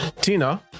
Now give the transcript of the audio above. Tina